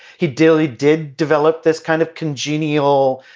he dearly did develop this kind of congenial,